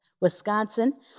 Wisconsin